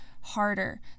harder